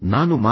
ನಾನು ಮಾತ್ರ